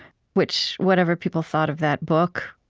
which, whatever people thought of that book,